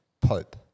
Pope